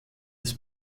des